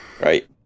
Right